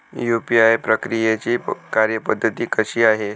UPI प्रक्रियेची कार्यपद्धती कशी आहे?